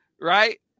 right